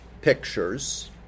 pictures